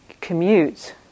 Commute